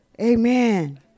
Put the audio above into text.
Amen